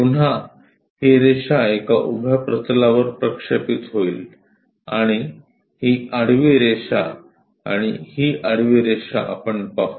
पुन्हा ही रेषा एका उभ्या प्रतलावर प्रक्षेपित होईल आणि ही आडवी रेषा आणि ही आडवी रेषा आपण पाहू